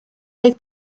oedd